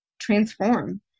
transform